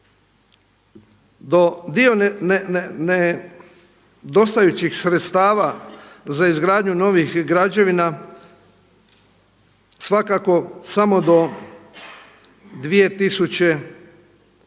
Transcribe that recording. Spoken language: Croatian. Do nedostajućih sredstava za izgradnju novih građevina svakako samo do 2021. godine